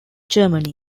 germany